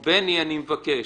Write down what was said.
בני, אני מבקש.